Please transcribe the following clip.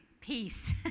peace